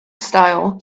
style